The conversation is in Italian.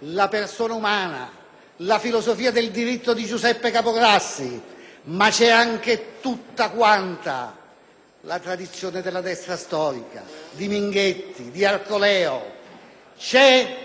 la persona umana, la filosofia del diritto di Giuseppe Capograssi, ma anche tutta la tradizione della destra storica, di Minghetti, di Arcoleo, nonché